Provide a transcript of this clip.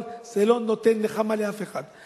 אבל זה לא נותן נחמה לאף אחד.